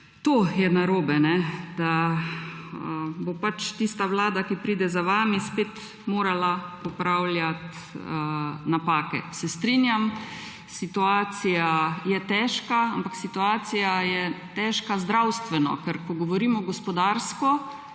To je narobe, da bo pač tista vlada, ki pride za vami, spet morala popravljati napake. Se strinjam, situacija je težka, ampak situacija je težka zdravstveno, ker ko govorimo gospodarsko,